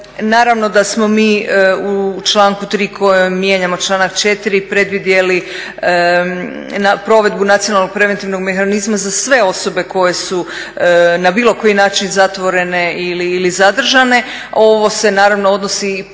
naravno da smo mi u članku 3. kojim mijenjamo članak 4. predvidjeli provedbu nacionalnog preventivnog mehanizma za sve osobe koje su na bilo koji način zatvorene ili zadržane. Ovo se naravno odnosi posebno